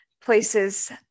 places